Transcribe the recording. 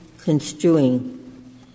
construing